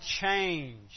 change